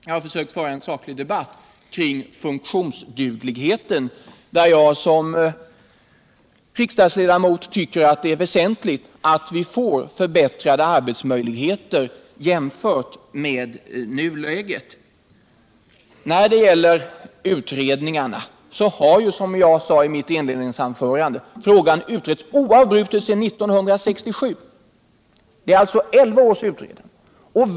Jag har försökt föra en saklig debatt kring funktionsdugligheten, och som riksdagsledamot tycker jag att det är väsentligt att vi får förbättrade arbetsmöjligheter jämfört med nuläget. Som jag sade i mitt inledningsanförande har denna fråga utretts oavbrutet sedan 1967. Det har alltså varit elva års utredande.